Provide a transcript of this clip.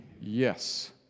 yes